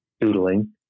doodling